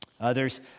Others